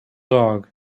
dog